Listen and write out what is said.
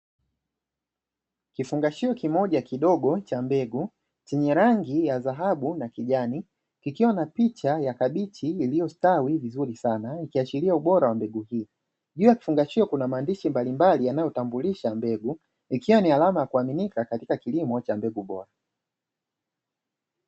Kifungashio kimoja kidogo cha mbegu chenye rangi ya dhahabu na kijani, kikiwa na picha ya kabichi iliyostawi vizuri sana, ikiashiria ubora wa mbegu hii. Juu ya kifungashio kuna maandishi mbalimbali yanayotambulisha mbegu, ikiwa ni alama ya kuaminika katika kilimo cha mbegu bora.